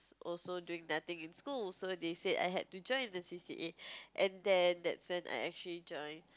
also doing nothing in school so they said I had to join the C_C_A and then that's when I actually join